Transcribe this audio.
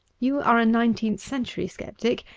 you are a nineteenth century sceptic,